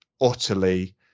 utterly